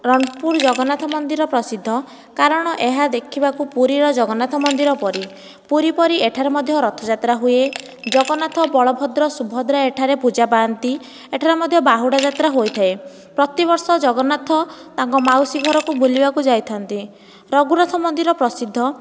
ରଣପୁର ଜଗନ୍ନାଥ ମନ୍ଦିର ପ୍ରସିଦ୍ଧ କାରଣ ଏହା ଦେଖିବାକୁ ପୁରୀର ଜଗନ୍ନାଥ ମନ୍ଦିର ପରି ପୁରୀ ପରି ଏଠାରେ ମଧ୍ୟ ରଥଯାତ୍ରା ହୁଏ ଜଗନ୍ନାଥ ବଳଭଦ୍ର ସୁଭଦ୍ରା ଏଠାରେ ପୂଜା ପାଆନ୍ତି ଏଠାରେ ମଧ୍ୟ ବାହୁଡ଼ାଯାତ୍ରା ହୋଇଥାଏ ପ୍ରତିବର୍ଷ ଜଗନ୍ନାଥ ତାଙ୍କ ମାଉସୀ ଘରକୁ ବୁଲିବାକୁ ଯାଇଥାନ୍ତି ରଘୁନାଥ ମନ୍ଦିର ପ୍ରସିଦ୍ଧ